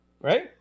Right